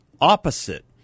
opposite